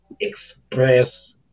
express